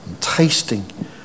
tasting